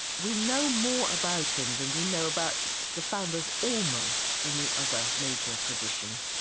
we know more about him than we know about the founder of almost any other major tradition,